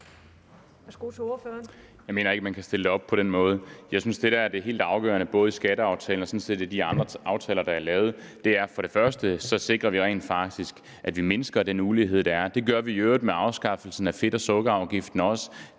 Jeg mener ikke, at man kan stille det op på den måde. Jeg synes, at det, der er det helt afgørende både i skatteaftalen og i de andre aftaler, der er lavet, er, at vi for det første sikrer, at den ulighed, der er, mindskes – det gør vi i øvrigt også med afskaffelsen af fedt- og sukkerafgiften.